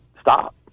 stop